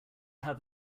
have